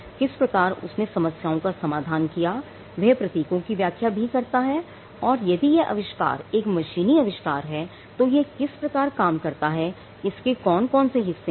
किस प्रकार उसने समस्याओं का समाधान कियावह प्रतीकों की व्याख्या भी करता है और यदि यह अविष्कार एक मशीनी अविष्कार है तो यह किस प्रकार काम करता है इसके कौन कौन से हिस्से हैं